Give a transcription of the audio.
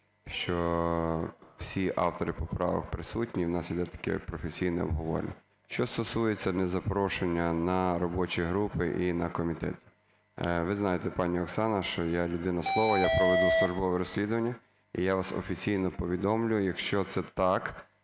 що всі автори поправок присутні, і в нас іде таке професійне обговорення. Що стосується незапрошення на робочі групи і на комітет. Ви знаєте, пані Оксана, що я людина слова, я проведу службове розслідування. І я вас офіційно повідомлю, якщо це так,